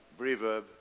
reverb